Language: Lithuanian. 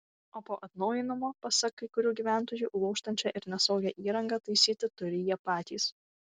o po atnaujinimo pasak kai kurių gyventojų lūžtančią ir nesaugią įrangą taisyti turi jie patys